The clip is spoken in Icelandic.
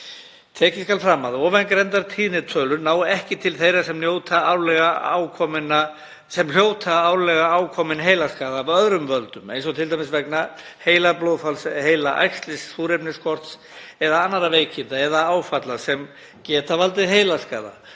Tekið skal fram að ofangreindar tíðnitölur ná ekki til þeirra sem hljóta árlega ákominn heilaskaða af öðrum völdum eins og t.d. vegna heilablóðfalls, heilaæxlis, súrefnisskorts eða annarra veikinda eða áfalla sem geta valdið heilaskaða.